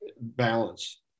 balance